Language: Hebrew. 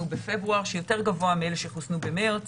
בפברואר שהוא יותר גבוה מאלה שחוסנו במרץ